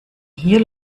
hier